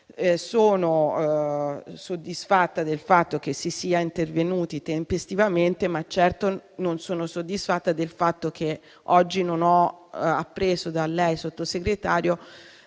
Sono soddisfatta del fatto che si sia intervenuti tempestivamente, ma certo non sono soddisfatta del fatto che oggi non ho appreso da lei, Sottosegretario,